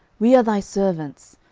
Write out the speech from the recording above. we are thy servants.